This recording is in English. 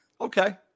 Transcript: Okay